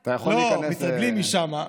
אני תמיד נכנסת, לא, מתרגלים משם.